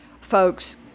folks